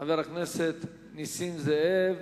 חבר הכנסת נסים זאב,